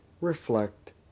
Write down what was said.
reflect